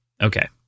Okay